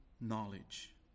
knowledge